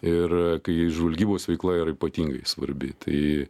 ir kai žvalgybos veikla yra ypatingai svarbi tai